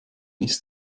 ist